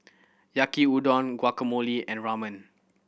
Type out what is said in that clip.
Yaki Udon Guacamole and Ramen